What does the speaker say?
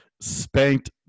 spanked